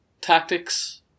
tactics